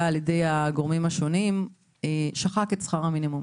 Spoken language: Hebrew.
על ידי הגורמים השונים שוחק את שכר המינימום